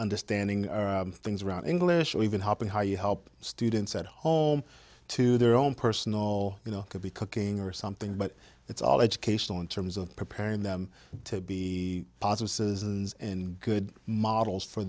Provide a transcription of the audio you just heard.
understanding things around english or even helping how you help students at home to their own personal you know to be cooking or something but it's all educational in terms of preparing them to be positive and good models for